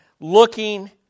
looking